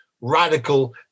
radical